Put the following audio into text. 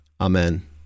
Amen